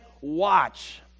watch